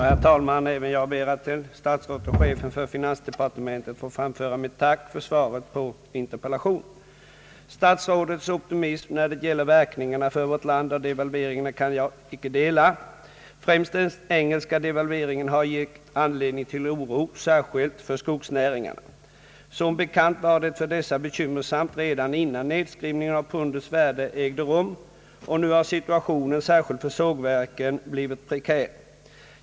Herr talman! Även jag ber att till statsrådet och chefen för finansdepartementet få framföra mitt tack för svaret på interpellationen. Statsrådets optimism när det gäller verkningarna av devalveringarna för vårt land kan jag icke dela. Främst den engelska devalveringen har gett anledning till oro, särskilt för skogsnäringarna. Som bekant var det för dessa bekymmersamt redan innan nedskrivningen av pundets värde ägde rum, och nu har situationen särskilt för sågverken blivit prekär.